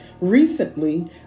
Recently